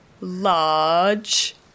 large